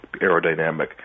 aerodynamic